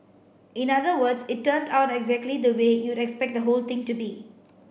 in other words it turned out exactly the way you'd expect the whole thing to be